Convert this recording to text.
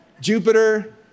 Jupiter